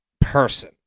person